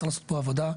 צריך לעשות פה עבודה.